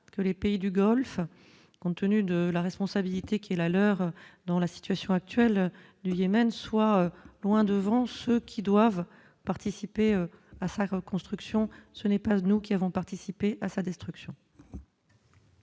que les pays du Golfe, compte tenu de la responsabilité qui est la leur dans la situation actuelle du Yémen soit loin devant ceux qui doivent participer à sa reconstruction, ce n'est pas nous qui avons participé à sa destruction.